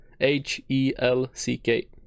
h-e-l-c-k